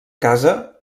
casa